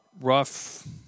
rough